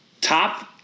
top